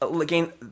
Again